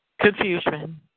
confusion